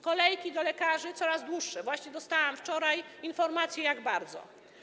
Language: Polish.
Kolejki do lekarzy są coraz dłuższe, właśnie dostałam wczoraj informację, jak bardzo.